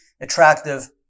attractive